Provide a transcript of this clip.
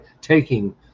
taking